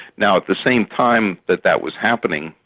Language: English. now at the same time that that was happening,